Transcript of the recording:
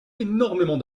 énormément